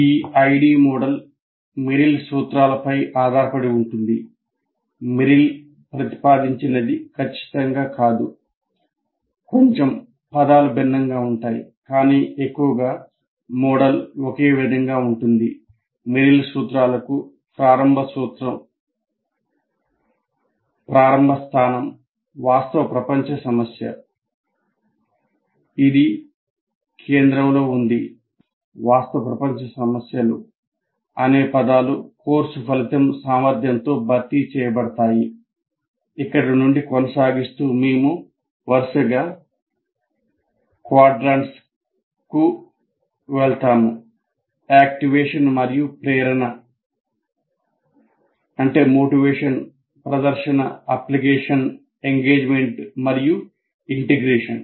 ఈ ID model Merrill సూత్రాల ప్రదర్శన అప్లికేషన్ ఎంగేజ్మెంట్ మరియు ఇంటిగ్రేషన్